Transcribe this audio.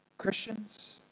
Christians